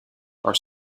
are